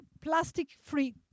plastic-free